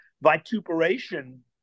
vituperation